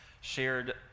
shared